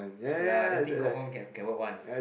ya this thing confirm can can work one